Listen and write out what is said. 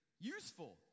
Useful